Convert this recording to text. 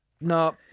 No